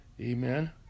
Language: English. amen